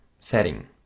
setting